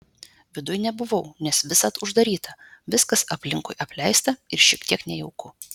viduj nebuvau nes visad uždaryta viskas aplinkui apleista ir šiek tiek nejauku